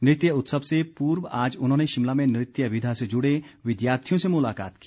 नृत्य उत्सव से पूर्व आज उन्होंने शिमला में नृत्य विधा से जुड़े विद्यार्थियों से मुलाकात की